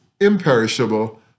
imperishable